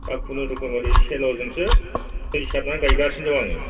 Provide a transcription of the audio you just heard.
दा खुनुरुखुम ओरै सेल'जोंसो दै सारनानै गायगासिनो दं आङो